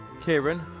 Kieran